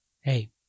Hey